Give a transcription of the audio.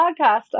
Podcast